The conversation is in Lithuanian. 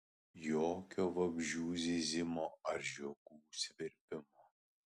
jokio vabzdžių zyzimo ar žiogų svirpimo